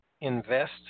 invest